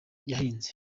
yahinze